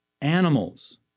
animals